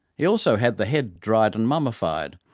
he also had the head dried and mummified,